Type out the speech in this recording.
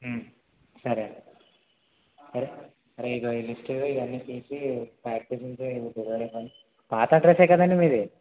సరే అండి సరే రేయ్ ఇదిగో లిస్టు ఇవన్ని తీసి ప్యాక్ చేసి ఉంచు ఇమ్మని పాత అడ్రెస్ ఏ కదండి మీది